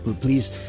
Please